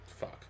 Fuck